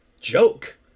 joke